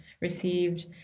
Received